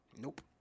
Nope